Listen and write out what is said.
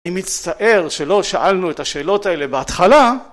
אני מצטער שלא שאלנו את השאלות האלה בהתחלה